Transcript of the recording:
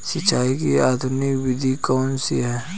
सिंचाई की आधुनिक विधि कौन सी है?